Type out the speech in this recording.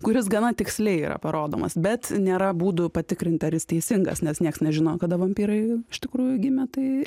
kuris gana tiksliai yra parodomas bet nėra būdų patikrinti ar jis teisingas nes nieks nežino kada vampyrai iš tikrųjų gimė tai